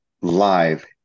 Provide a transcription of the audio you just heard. live